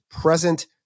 present